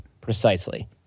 Precisely